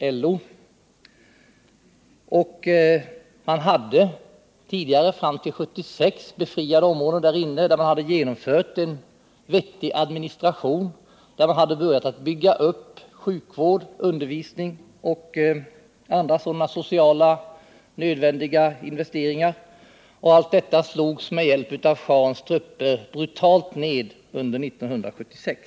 Där inne fanns det tidigare fram till 1976 befriade områden, där man hade infört en vettig administration, börjat bygga upp sjukvård och undervisning och gjort andra sådana nödvändiga sociala investeringar. Allt detta slogs emellertid med hjälp av schahens trupper brutalt ned under 1976.